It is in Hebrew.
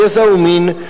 גזע ומין,